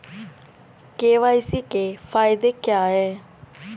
KYC के फायदे क्या है?